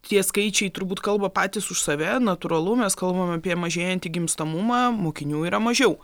tie skaičiai turbūt kalba patys už save natūralu mes kalbam apie mažėjantį gimstamumą mokinių yra mažiau